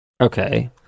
okay